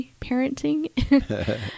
parenting